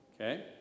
Okay